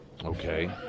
Okay